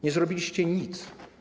Nie zrobiliście nic.